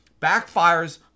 backfires